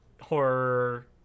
horror